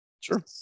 sure